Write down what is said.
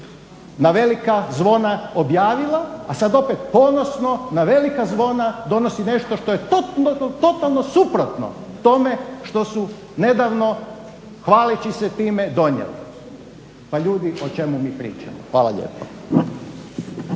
na velika zvona objavila, a sad opet ponosno na velika zvona donosi nešto što je totalno, totalno suprotno tome što su nedavno hvaleći se time donijeli. Pa ljudi o čemu mi pričamo? Hvala lijepo.